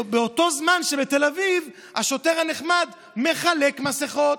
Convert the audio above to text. באותו זמן בתל אביב השוטר הנחמד מחלק מסכות.